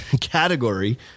category